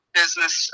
business